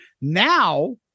Now